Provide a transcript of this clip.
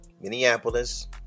minneapolis